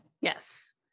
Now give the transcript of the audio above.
Yes